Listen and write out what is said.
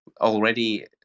already